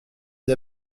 des